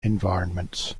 environments